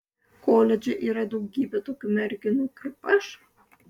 koledže yra daugybė tokių merginų kaip aš